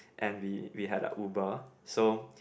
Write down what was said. and we we had a Uber so